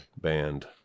band